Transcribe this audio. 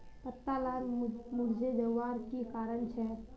पत्ता लार मुरझे जवार की कारण छे?